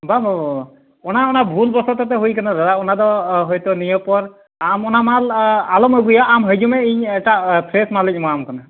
ᱵᱟ ᱵᱟ ᱵᱟ ᱚᱱᱟ ᱚᱱᱟ ᱵᱷᱩᱞ ᱵᱚᱥᱚᱛᱚ ᱛᱚ ᱦᱩᱭᱟᱠᱟᱱᱟ ᱫᱟᱫᱟ ᱚᱱᱟ ᱫᱚ ᱦᱳᱭ ᱛᱚ ᱱᱤᱭᱟᱹ ᱯᱚᱨ ᱟᱢ ᱚᱱᱟ ᱢᱟᱞ ᱟᱞᱚᱢ ᱟᱹᱜᱩᱭᱟ ᱟᱢ ᱦᱤᱡᱩᱜ ᱢᱮ ᱤᱧ ᱮᱴᱟᱜ ᱯᱷᱨᱮᱹᱥ ᱢᱟᱞᱤᱧ ᱮᱢᱟ ᱟᱢ ᱠᱟᱱᱟ